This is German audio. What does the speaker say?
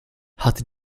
hatte